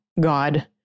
God